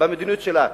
במדיניות שלה,